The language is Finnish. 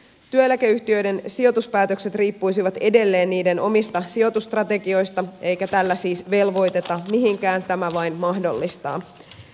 työeläkeyhtiöiden sijoituspäätökset riippuisivat edelleen niiden omista sijoitusstrategioista eikä tällä siis velvoiteta mihinkään tämä vain mahdollistaa